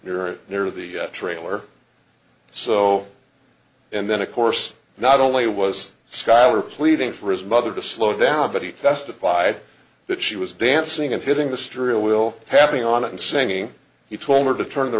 near or near the trailer so and then of course not only was schuyler pleading for his mother to slow down but he testified that she was dancing and hitting the story will happen on it and saying he told her to turn the